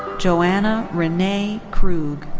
joanna renee krug.